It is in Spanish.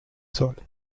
sol